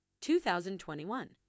2021